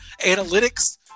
analytics